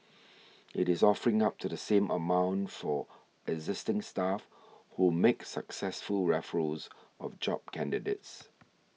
it is offering up to the same amount for existing staff who make successful referrals of job candidates